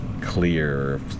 clear